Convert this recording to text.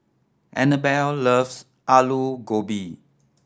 Annabelle loves Alu Gobi